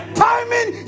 timing